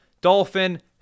dolphin